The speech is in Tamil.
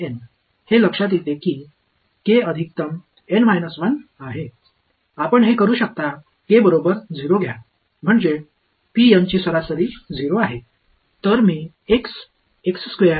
எனவே K அதிகபட்ச N 1 என்பதைக் கவனியுங்கள் k ஐ 0 க்கு சமமாக எடுத்துக் கொள்ளுங்கள் அதாவது சராசரி 0 ஆகும் பின்னர் நான் எடுக்கிறேன்